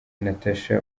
natacha